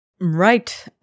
Right